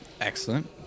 Excellent